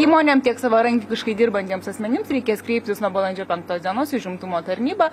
įmonėm tiek savarankiškai dirbantiems asmenims reikės kreiptis nuo balandžio penktos dienos į užimtumo tarnybą